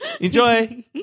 Enjoy